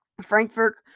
Frankfurt